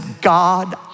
God